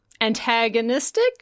antagonistic